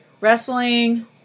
Wrestling